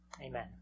Amen